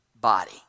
body